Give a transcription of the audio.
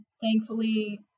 Thankfully